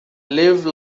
live